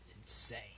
insane